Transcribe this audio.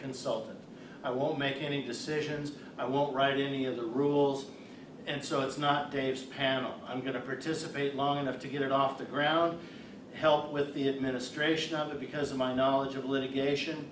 consultant i won't make any decisions i won't write any of the rules and so it's not dave's panel i'm going to participate long enough to get it off the ground help with the administration under because of my knowledge of litigation